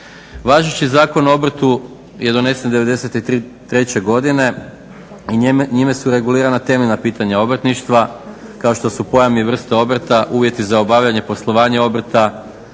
Važeći Zakon o obrtu je donesen 93. godine i njime su regulirana temeljna pitanja obrtništva kao što su pojam i vrsta obrta, uvjeti za obavljanje poslovanja obrta,